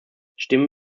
stimmen